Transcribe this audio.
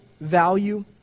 value